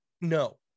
No